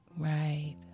Right